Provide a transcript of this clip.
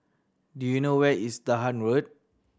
do you know where is Dahan Road